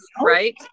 right